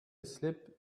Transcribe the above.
slip